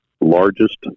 largest